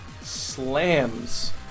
slams